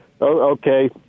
Okay